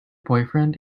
boyfriend